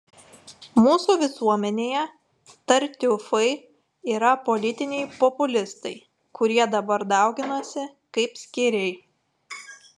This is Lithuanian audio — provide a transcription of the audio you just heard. mūsų visuomenėje tartiufai yra politiniai populistai kurie dabar dauginasi kaip skėriai